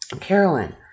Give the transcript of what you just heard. Carolyn